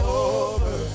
over